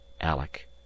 Alec